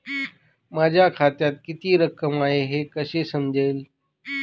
माझ्या खात्यात किती रक्कम आहे हे कसे समजेल?